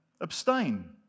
abstain